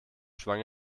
schwang